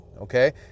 okay